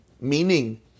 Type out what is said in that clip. Meaning